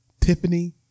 Tiffany